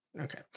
Okay